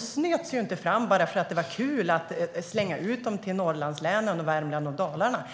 snöts ju inte fram bara för att det var kul att slänga ut dem till Norrlandslänen, Värmland och Dalarna.